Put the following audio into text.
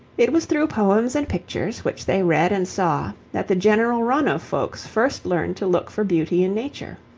it was through poems and pictures, which they read and saw, that the general run of folks first learned to look for beauty in nature.